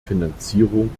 finanzierung